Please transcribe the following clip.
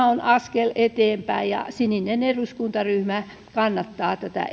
on askel eteenpäin ja sininen eduskuntaryhmä kannattaa tätä